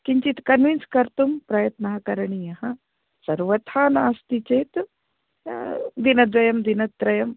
किञ्चित् कन्विन्स् कर्तुं प्रयत्नः करणीयः सर्वदा नास्ति चेत् दिनद्वयं दिनत्रयम्